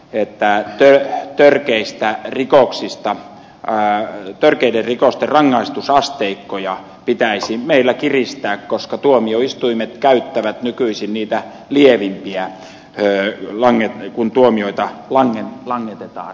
ei tää työ törkeistä sitä että törkeiden rikosten rangaistusasteikkoja pitäisi meillä kiristää koska tuomioistuimet käyttävät nykyisin niitä lievimpiä kun tuomioita langetetaan